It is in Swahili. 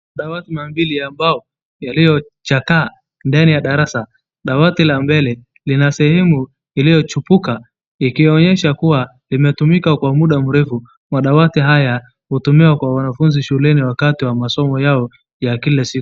Dawati mambili ambao yaliyochakaa ndani la darasa. Dawati la mbele lina sehemu iliyochupuka ikionyesha kuwa imetumika kwa muda mrefu. Madawati hawa hutumiwa kwa wanafunzi shuleni wakati ya masomo yao ya kila siku.